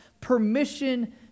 permission